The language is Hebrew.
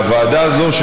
הוועדה הזאת,